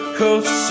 coast